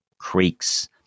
creeks